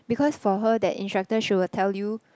because for her that instructor she will tell you